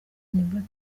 boys